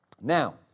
Now